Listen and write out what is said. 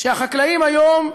שהחקלאים היום,